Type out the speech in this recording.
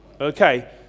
Okay